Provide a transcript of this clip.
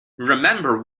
remember